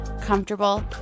comfortable